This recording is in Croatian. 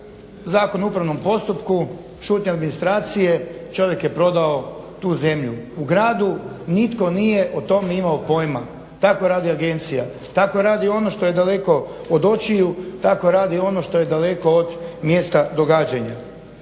Zakon o upravnom postupku, šutnja administracije, čovjek je prodao tu zemlju. U gradu nitko nije o tome imao pojma, tako radi agencija, tako radio ono što je daleko od očiju, tako radi ono što je daleko od mjesta događanja.